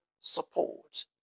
support